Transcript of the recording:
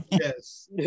Yes